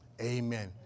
amen